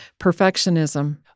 Perfectionism